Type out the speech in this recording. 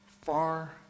far